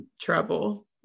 trouble